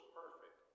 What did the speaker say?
perfect